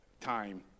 time